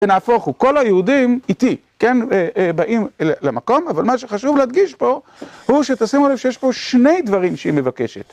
זה נהפוך הוא כל היהודים איתי, כן, באים למקום, אבל מה שחשוב להדגיש פה הוא שתשימו לב שיש פה שני דברים שהיא מבקשת.